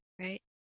Right